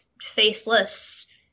faceless